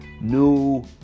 new